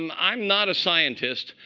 um i'm not a scientist.